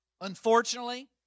Unfortunately